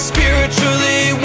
Spiritually